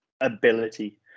ability